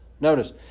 Notice